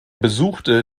besuchte